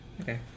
Okay